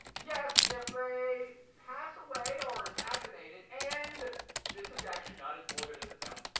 yes, if they pass away, or assassinated, and this is actually not as morbid as it sounds.